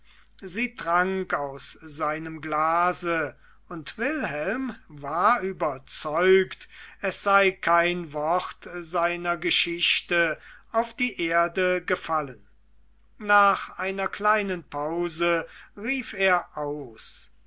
sie trank aus seinem glase und wilhelm war überzeugt es sei kein wort seiner geschichte auf die erde gefallen nach einer kleinen pause rief er aus